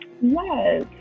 Yes